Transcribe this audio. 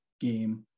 game